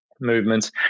movements